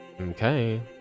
Okay